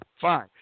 Fine